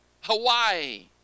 Hawaii